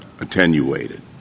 attenuated